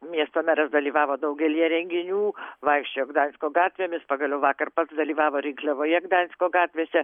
miesto meras dalyvavo daugelyje renginių vaikščiojo gdansko gatvėmis pagaliau vakar pats dalyvavo rinkliavoje gdansko gatvėse